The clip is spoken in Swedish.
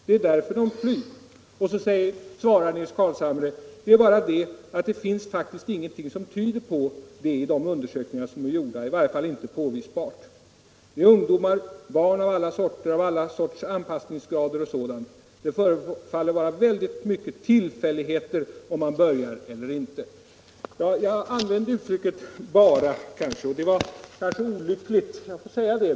Det är därför de flyr.” På det svarar herr Carlshamre: ”Det är bara det att det finns faktiskt ingenting som tyder på det i de undersökningar som är gjorda, i varje fall inte påvisbart. Det är ungdomar, barn av alla sorter, av alla sorts anpassningsgrader och sådant. Det förefaller vara väldigt mycket tillfälligheter om man börjar eller inte.” Jag använde uttrycket ”bara”, och det var kanske olyckligt.